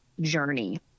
journey